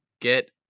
Get